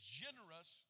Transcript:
generous